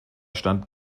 stand